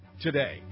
Today